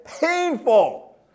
painful